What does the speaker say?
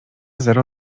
zero